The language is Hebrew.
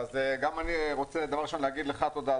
אז גם אני רוצה להגיד לך תודה,